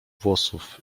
włosów